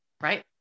Right